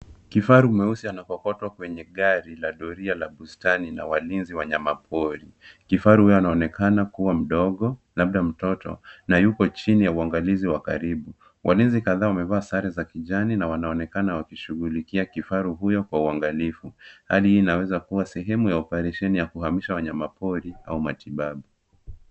Kifaru mweusi anakokotwa kwenye gari la doria la bustani la walinzi wa wanyama pori. Kifaru huyu anaonekana kuwa mdogo, labda mtoto na yuko chini ya uangalizi wa karibu. Walinzi kadhaa wamevaa sare za kijani na wanaonekana wakishughulikia kifaru huyo kwa uangalifu. Hali hii inaweza kuwa sehemu ya oparesheni ya kuhamisha wanyama pori au matibabu.